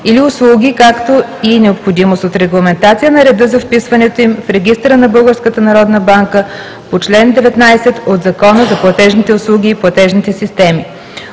или услуги, както и необходимост от регламентация на реда за вписването им в Регистъра на Българската народна банка по чл. 19 от Закона за платежните услуги и платежните системи;